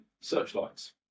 searchlights